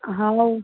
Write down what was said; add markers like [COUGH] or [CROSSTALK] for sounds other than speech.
हाँ [UNINTELLIGIBLE]